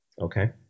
Okay